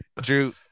Drew